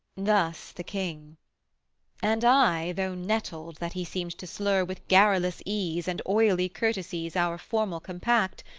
thus the king and i, though nettled that he seemed to slur with garrulous ease and oily courtesies our formal compact,